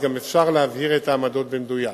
אפשר להבהיר את העמדות במדויק.